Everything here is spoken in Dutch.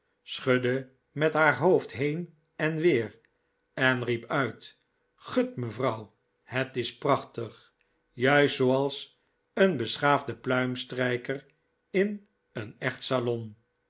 schudde met haar hoofd heen en weer en riep uit gut mevrouw het is prachtig juist zooals een beschaafde pluimstrijker in een echt salon